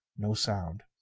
no sound.